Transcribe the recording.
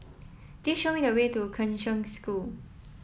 please show me the way to Kheng Cheng School